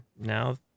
now